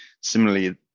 Similarly